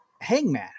hangman